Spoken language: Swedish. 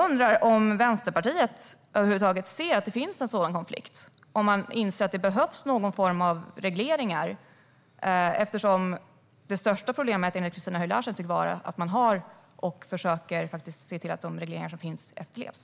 Ser Vänsterpartiet över huvud taget att det finns en sådan konflikt, och inser man att det behövs någon form av regleringar? Det största problemet enligt Christina Höj Larsen tycks nämligen vara att det finns regleringar och att man försöker se till att dessa efterlevs.